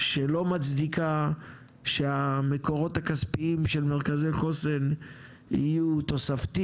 שלא מצדיקה שהמקורות הכספיים של מרכזי חוסן יהיו תוספתי